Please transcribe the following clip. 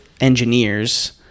engineers